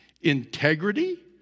integrity